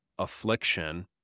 Affliction